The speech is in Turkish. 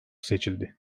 seçildi